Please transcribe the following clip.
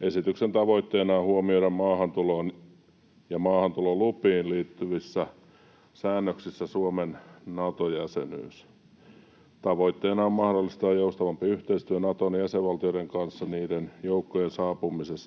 Esityksen tavoitteena on huomioida Suomen Nato-jäsenyys maahantuloon ja maahantulolupiin liittyvissä säännöksissä. Tavoitteena on mahdollistaa joustavampi yhteistyö Naton jäsenvaltioiden kanssa niiden joukkojen